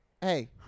Hey